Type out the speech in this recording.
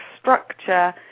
structure